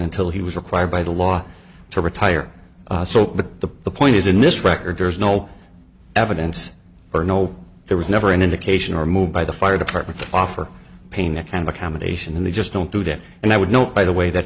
until he was required by the law to retire so but the point is in this record there is no evidence or no there was never an indication or move by the fire department offer pain a kind of accommodation and they just don't do that and i would note by the way that